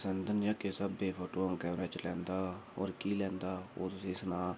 पसंद न जां किस स्हाबै दे फोटू अंगे रा खिची लैंदा और की लैंदा ओह् तुसें ई सनांऽ